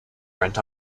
rent